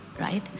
right